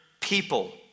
people